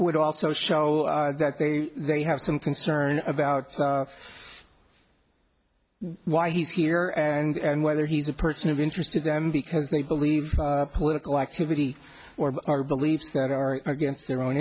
would also show that they they have some concern about why he's here and whether he's a person of interest to them because they believe political activity or are beliefs that are against their own